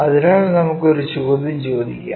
അതിനാൽ നമുക്ക് ഒരു ചോദ്യം ചോദിക്കാം